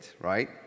right